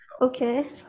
okay